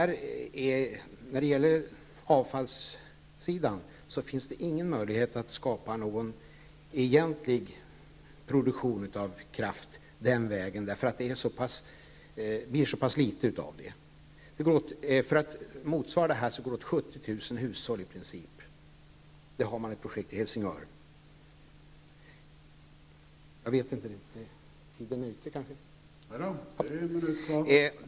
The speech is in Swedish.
När det gäller avfallssidan finns det ingen möjlighet att skapa någon egentlig produktion av kraft den vägen. Det ger så pass litet, och motsvarande produktion skulle kräva avfall från 70 000 hushåll. Man har ett projekt för detta i Helsingör.